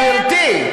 גברתי,